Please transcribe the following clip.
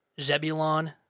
Zebulon